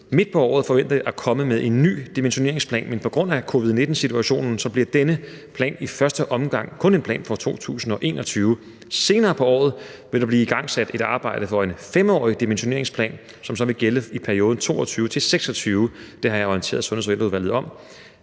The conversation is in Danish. midt på året kommer med en ny dimensioneringsplan, men på grund af covid-19-situationen bliver denne plan i første omgang kun en plan for 2021. Senere på året vil der blive igangsat et arbejde for en 5-årig dimensioneringsplan, som så vil gælde i perioden 2022-2026. Det har jeg orienteret Sundheds- og Ældreudvalget om